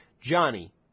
Johnny